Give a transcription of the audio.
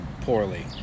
poorly